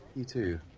you too,